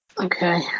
Okay